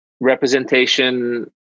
representation